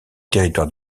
territoire